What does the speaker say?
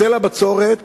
היטל הבצורת,